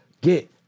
get